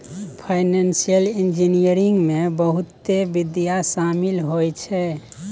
financial engineering में बहुते विधा शामिल होइ छै